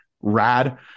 rad